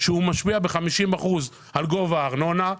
שמשפיע בכ-50% על גובה הארנונה,